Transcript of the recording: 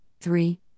three